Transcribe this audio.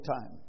time